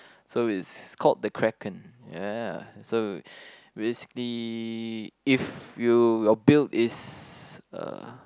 so it's called the Kraken ya so basically if you your build is uh